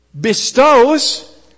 bestows